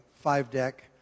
five-deck